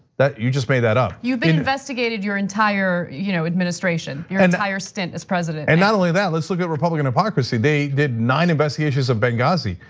you just made that up. you've been investigated your entire you know administration, your entire stint as president. and not only that, let's look republican hypocrisy. they did nine investigations of benghazi,